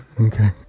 okay